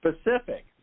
specific